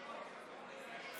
ארבעה, 52 נגד.